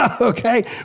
Okay